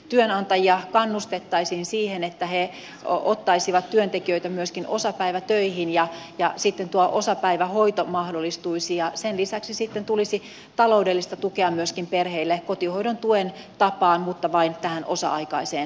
työnantajia kannustettaisiin siihen että he ottaisivat työntekijöitä myöskin osapäivätöihin ja sitten tuo osapäivähoito mahdollistuisi ja sen lisäksi sitten tulisi taloudellista tukea myöskin perheille kotihoidon tuen tapaan mutta vain tähän osa aikaiseen